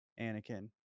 Anakin